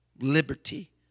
liberty